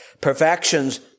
perfections